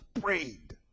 prayed